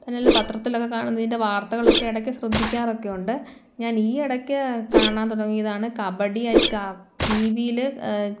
തന്നെയല്ല പത്രത്തിലൊക്കെ കാണുന്ന ഇതിൻ്റെ വാർത്തകളൊക്കെ ഇടയ്ക്ക് ശ്രദ്ധിക്കാറൊക്കെ ഉണ്ട് ഞാൻ ഈ ഇടയ്ക്ക് കാണാൻ തുടങ്ങിയതാണ് കബഡി അറ്റ് ടി വിയിൽ